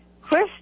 Chris